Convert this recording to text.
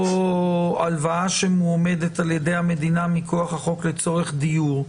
או הלוואה שמועמדת על ידי המדינה מכוח החוק לצורך דיור,